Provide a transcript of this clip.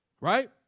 right